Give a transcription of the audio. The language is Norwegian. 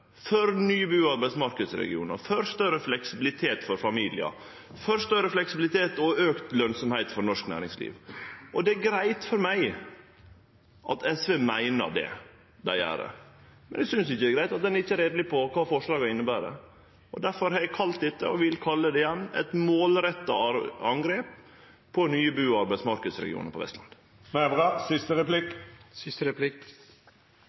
arbeidsmarknadsregionar, for større fleksibilitet for familiar, for større fleksibilitet og auka lønnsemd for norsk næringsliv. Det er greitt for meg at SV meiner det dei gjer, men eg synest ikkje det er greitt at ein ikkje er reieleg på kva forslaga inneber. Difor har eg kalla dette, og vil kalle det igjen, eit målretta angrep på nye bu- og arbeidsmarknadsregionar på